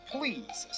Please